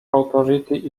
authority